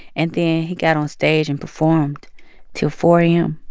and then he got onstage and performed till four a m,